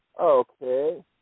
okay